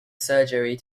surgery